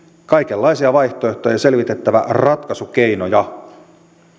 kaikenlaisia vaihtoehtoja ja selvitettävä ratkaisukeinoja